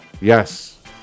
yes